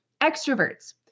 Extroverts